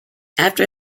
after